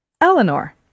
Eleanor